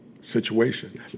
situation